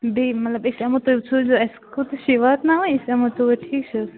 بیٚیہِ مطلب أسۍ یِمو تیٚلہِ سوٗزیو اَسہِ کوٚتَتھ چھُ یہِ واتناوٕنۍ أسۍ یِمو توٗرۍ ٹھیٖک چھِ حظ